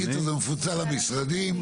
בקיצור, זה מפוצל למשרדים.